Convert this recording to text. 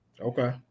okay